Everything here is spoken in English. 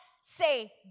say